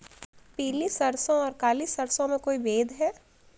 पीली सरसों और काली सरसों में कोई भेद है?